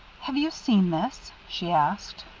have you seen this? she asked.